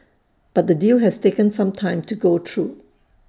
but the deal has taken some time to go through